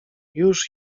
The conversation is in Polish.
już